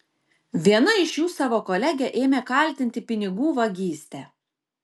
viena iš jų savo kolegę ėmė kaltinti pinigų vagyste